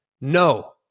no